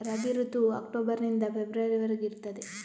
ರಬಿ ಋತುವು ಅಕ್ಟೋಬರ್ ನಿಂದ ಫೆಬ್ರವರಿ ವರೆಗೆ ಇರ್ತದೆ